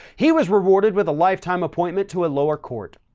he was rewarded with a lifetime appointment to a lower court.